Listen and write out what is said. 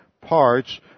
parts